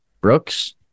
Brooks